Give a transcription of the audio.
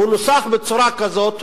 הוא נוסח בצורה כזאת,